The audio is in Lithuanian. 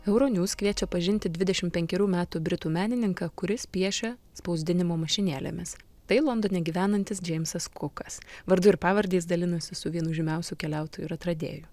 euro news kviečia pažinti dvidešim penkerių metų britų menininką kuris piešia spausdinimo mašinėlėmis tai londone gyvenantis džeimsas kukas vardu ir pavarde jis dalinasi su vienu žymiausių keliautoju ir atradėju